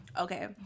okay